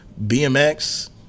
BMX